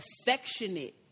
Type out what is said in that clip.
affectionate